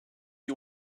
you